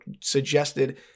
suggested